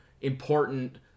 important